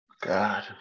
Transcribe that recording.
god